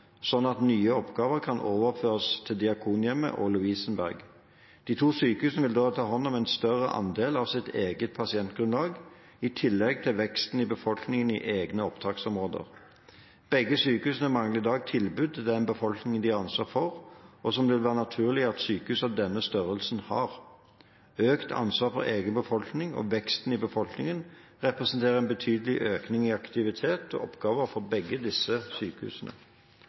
at nye oppgaver kan overføres til Diakonhjemmet og Lovisenberg. De to sykehusene vil da ta hånd om en større andel av sitt eget pasientgrunnlag i tillegg til veksten i befolkningen i egne opptaksområder. Begge sykehusene mangler i dag tilbud til den befolkningen de har ansvar for, og som det vil være naturlig at sykehus av denne størrelsen har. Økt ansvar for egen befolkning og veksten i befolkningen representerer en betydelig økning i aktivitet og oppgaver for begge disse sykehusene.